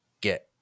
get